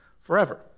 forever